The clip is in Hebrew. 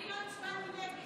אני לא הצבעתי נגד.